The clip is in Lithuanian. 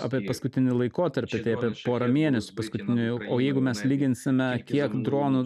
apie paskutinį laikotarpį per porą mėnesių paskutiniųjų o jeigu mes lyginsime kiek dronų